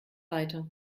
weiter